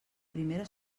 primera